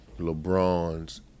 LeBron's